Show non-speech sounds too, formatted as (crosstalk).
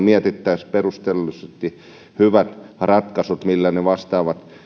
(unintelligible) mietittäisiin perustellusti hyvät ratkaisut millä ne vastaavat